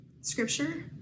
Scripture